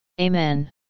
Amen